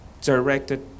directed